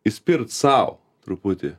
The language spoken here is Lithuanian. įspirt sau truputį